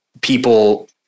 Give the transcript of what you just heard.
people